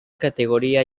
categoría